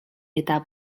eta